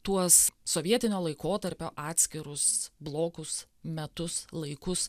tuos sovietinio laikotarpio atskirus blokus metus laikus